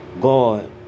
God